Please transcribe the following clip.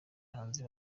hanze